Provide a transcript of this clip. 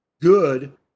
good